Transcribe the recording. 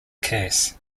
case